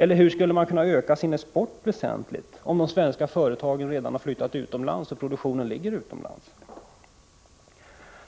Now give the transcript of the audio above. Och hur skall man kunna öka exporten, om de viktigaste svenska företagen redan har flyttat produktionen utomlands?